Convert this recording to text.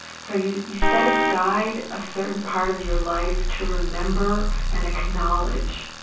so you you set aside a certain part of your life to remember and acknowledge,